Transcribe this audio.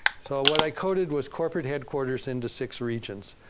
so, what i coded was corporate headquarters into six regions.